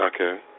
Okay